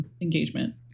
engagement